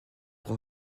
pour